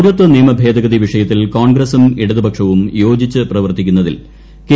പൌരത്വ നിയമഭേദഗതി വിഷയത്തിൽ കോൺഗ്രസ്സും ഇടതുപക്ഷവും യോജിച്ച് പ്രവർത്തിക്കുന്നതിൽ കെ